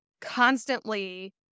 constantly